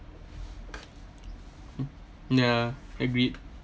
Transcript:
mm ya agreed